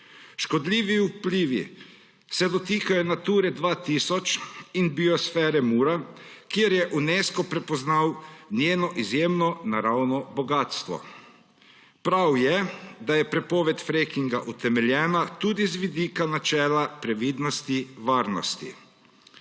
Škodljivi vplivi se dotikajo Nature 2000 in biosfere Mura, kjer je Unesco prepoznal njeno izjemno naravno bogastvo. Prav je, da je prepoved frackinga utemeljena tudi z vidika načela previdnosti, varnosti.